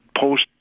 post